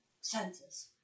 senses